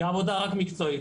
היא עבודה רק מקצועית.